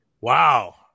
Wow